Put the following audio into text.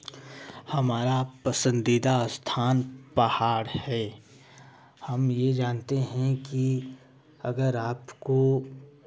हमारा पसन्दीदा स्थान पहाड़ है हम ये जानते हैं कि अगर आपको